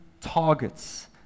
targets